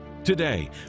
Today